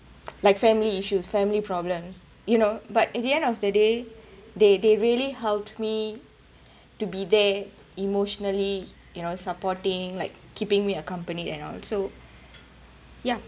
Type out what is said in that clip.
like family issues family problems you know but at the end of the day they they really helped me to be there emotionally you know supporting like keeping me accompanied and all so ya